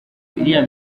iriya